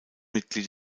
mitglied